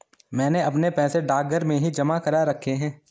मैंने अपने पैसे डाकघर में ही जमा करा रखे हैं